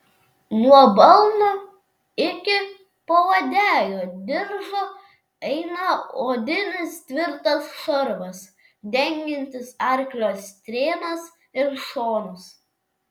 nuo balno iki pauodegio diržo eina odinis tvirtas šarvas dengiantis arklio strėnas ir šonus